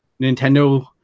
Nintendo